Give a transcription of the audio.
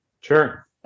Sure